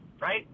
Right